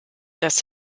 das